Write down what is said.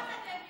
אתה גם אקדמיה,